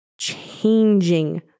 changing